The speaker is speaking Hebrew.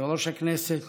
יושב-ראש הכנסת